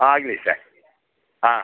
ಆಗಲಿ ಸರ್ ಹಾಂ